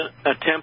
attempt